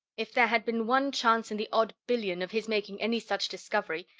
if there had been one chance in the odd billion of his making any such discovery,